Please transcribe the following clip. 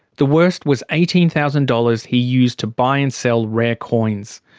the worst was eighteen thousand dollars he used to buy and sell rare coins.